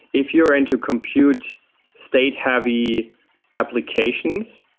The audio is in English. if you're into compute state-heavy applications,